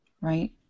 Right